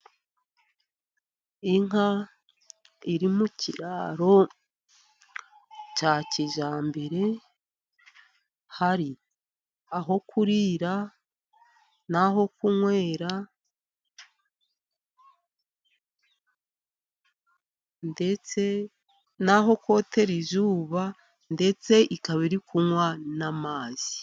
Inka iri mu kiraro cya kijyambere, hari aho kurira n'aho kunywera ndetse n'aho kotera izuba ndetse ikaba iri kunywa n'amazi.